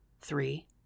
Three